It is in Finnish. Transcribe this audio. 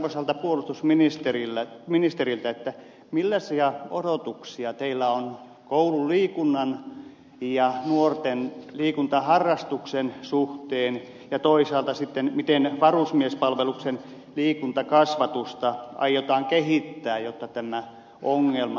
kysynkin arvoisalta puolustusministeriltä millaisia odotuksia teillä on koululiikunnan ja nuorten liikuntaharrastuksen suhteen ja toisaalta miten varusmiespalveluksen liikuntakasvatusta aiotaan kehittää jotta tämä ongelma saataisiin lievenemään